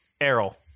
Errol